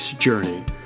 journey